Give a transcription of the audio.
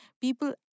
people